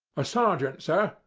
a sergeant, sir,